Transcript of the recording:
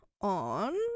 on